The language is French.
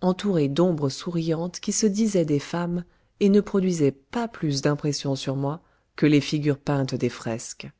entouré d'ombres souriantes qui se disaient des femmes et ne produisaient pas plus d'impression sur moi que les figures peintes des fresques